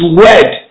word